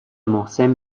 محسن